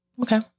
Okay